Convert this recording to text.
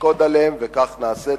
נשקוד עליהם, וכך נעשה.